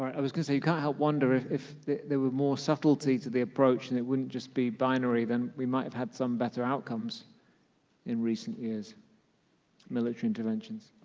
i was gonna say you can't help wondering if there were more subtlety to the approach, and it wouldn't just be binary, then we might have had some better outcomes in recent years military interventions.